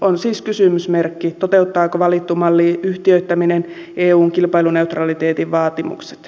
on siis kysymysmerkki toteuttaako valittu malli yhtiöittäminen eun kilpailuneutraliteetin vaatimukset